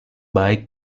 baik